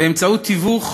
באמצעות תיווך